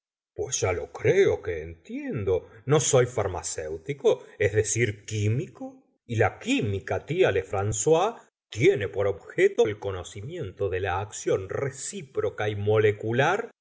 pues ya lo creo que entiendo no soy farmacéutico es decir químico y la química tía lefrancois tiene por objeto el conocimiento de la acción recíproca y molecular